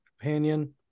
companion